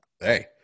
Hey